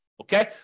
Okay